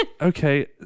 Okay